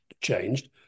changed